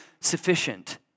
sufficient